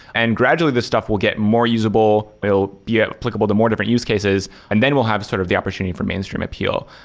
and gradually this stuff will get more usable. it will be applicable to more different use cases, and then we'll have sort of the opportunity for mainstream appeal.